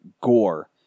gore